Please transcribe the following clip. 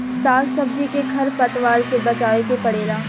साग सब्जी के खर पतवार से बचावे के पड़ेला